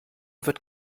wird